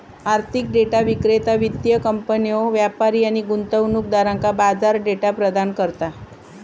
आर्थिक डेटा विक्रेता वित्तीय कंपन्यो, व्यापारी आणि गुंतवणूकदारांका बाजार डेटा प्रदान करता